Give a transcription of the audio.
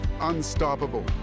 Unstoppable